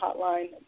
hotline